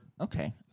Okay